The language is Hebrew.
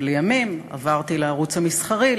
שלימים עברתי לערוץ המסחרי,